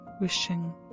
wishing